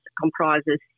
comprises